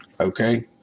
okay